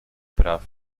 praw